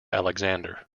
alexander